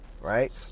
Right